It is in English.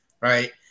right